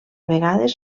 vegades